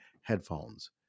headphones